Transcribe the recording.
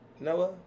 Noah